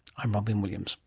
i'm robyn williams